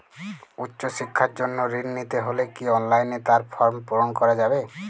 উচ্চশিক্ষার জন্য ঋণ নিতে হলে কি অনলাইনে তার ফর্ম পূরণ করা যাবে?